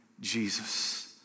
Jesus